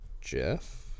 Jeff